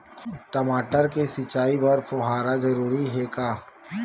टमाटर के सिंचाई बर फव्वारा जरूरी हे का?